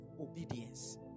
obedience